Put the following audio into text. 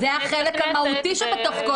זה החלק המהותי שבתוך כל